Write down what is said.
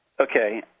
Okay